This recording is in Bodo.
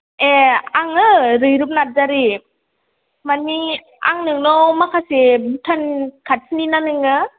ए आङो रैरुप नारजारी मानि आं नोंनाव माखासे भुटान खाथिनिना नोङो